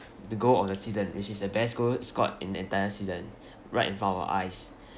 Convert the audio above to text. the goal of the season which is the best goal scored in the entire season right in front of our eyes